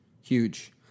Huge